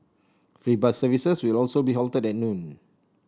free bus services will also be halted at noon